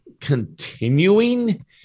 continuing